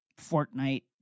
Fortnite